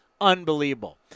Unbelievable